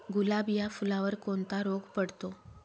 गुलाब या फुलावर कोणता रोग पडतो?